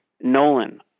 Nolan